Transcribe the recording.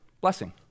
Blessing